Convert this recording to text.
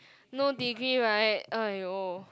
no degree right !aiyo!